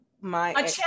my-